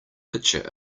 picture